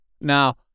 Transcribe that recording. Now